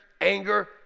anger